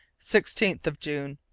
sixteenth of june.